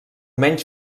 menys